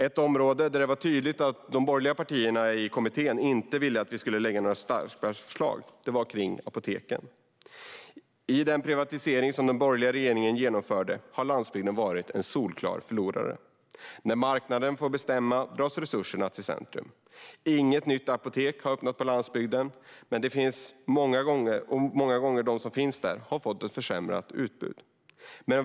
Ett område där det var tydligt att de borgerliga partierna i kommittén inte ville att vi skulle lägga några skarpa förslag var kring apoteken. I den privatisering som den borgerliga regeringen genomförde har landsbygden varit en solklar förlorare. När marknaden får bestämma dras resurserna till centrum. Inget nytt apotek har öppnat på landsbygden, och de som finns där har många gånger fått ett försämrat utbud.